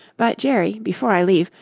but, jerry, before i leave,